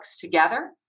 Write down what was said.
together